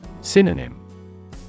Synonym